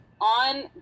on